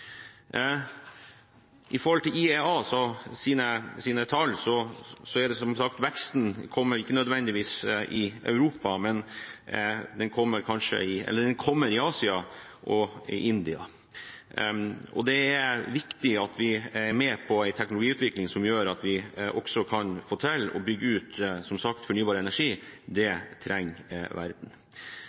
sine tall er det som sagt slik at veksten ikke nødvendigvis kommer i Europa. Den kommer i Asia og i India. Det er viktig at vi er med på en teknologiutvikling som gjør at vi også kan få til å bygge ut fornybar energi, som sagt. Det trenger verden.